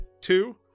two